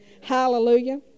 Hallelujah